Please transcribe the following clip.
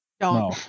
No